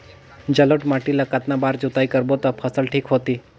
जलोढ़ माटी ला कतना बार जुताई करबो ता फसल ठीक होती?